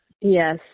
Yes